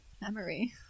memory